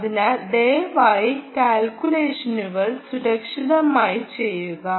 അതിനാൽ ദയവായി കാൽക്കുലേഷനുകൾ സുരക്ഷിതമായി ചെയ്യുക